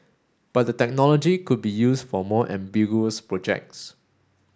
but the technology could be used for more ambiguous projects